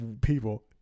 people